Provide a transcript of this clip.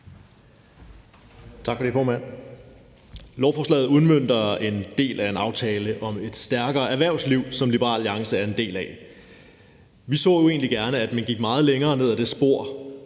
Lovforslaget udmønter en del af »Aftale om Et stærkere erhvervsliv«, som Liberal Alliance er en del af. Vi så egentlig gerne, at man gik meget længere ned ad det spor